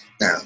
Now